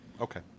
okay